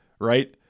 right